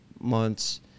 months